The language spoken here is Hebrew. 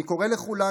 אני קורא לכולנו,